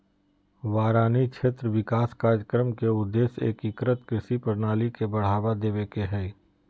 वारानी क्षेत्र विकास कार्यक्रम के उद्देश्य एकीकृत कृषि प्रणाली के बढ़ावा देवे के हई